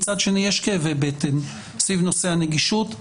מצד שני יש כאבי בטן סביב נושא הנגישות.